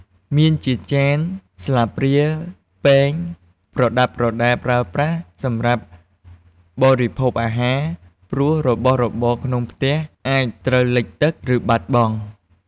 មានជាចាន ស្លាបព្រា ពែង ប្រដាប់ប្រដាប្រើប្រាស់សម្រាប់បរិភោគអាហារ ព្រោះរបស់របរក្នុងផ្ទះអាចត្រូវលិចទឹក ឬបាត់បង់។